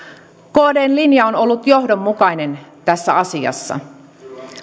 kdn linja on ollut johdonmukainen tässä asiassa